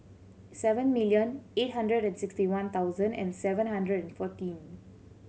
seven million eight hundred and sixty one thousand and seven hundred and fourteen